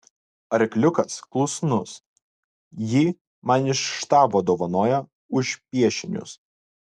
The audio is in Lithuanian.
arkliukas klusnus jį man iš štabo dovanojo už piešinius